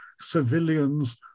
civilians